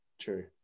True